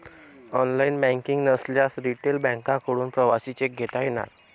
online banking नसल्यास retail बँकांकडून प्रवासी चेक घेता येणार